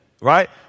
right